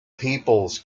peoples